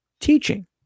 teaching